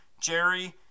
Jerry